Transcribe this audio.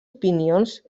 opinions